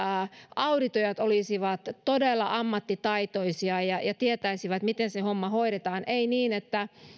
auditoijat olisivat todella ammattitaitoisia ja ja tietäisivät miten se homma hoidetaan ei niin että